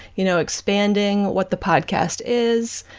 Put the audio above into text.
you know expanding what the podcast is,